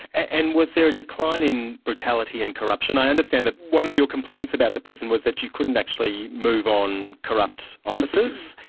and was there a decline in brutality and corruption? i understand that one of your complaints about the prison was that you couldn't actually move on corrupt officers,